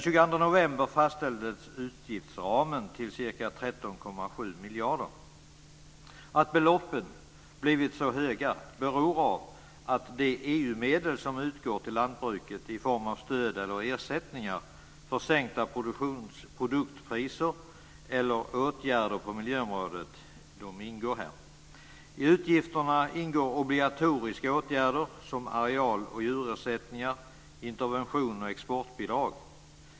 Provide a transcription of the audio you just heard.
13,7 miljarder. Att beloppet blivit så högt beror på att de EU-medel som utgått till lantbruket i form av stöd eller ersättningar för sänkta produktpriser eller åtgärder på miljöområdet ingår här. I utgifterna ingår obligatoriska åtgärder som areal och djurersättningar, intervention och exportbidrag.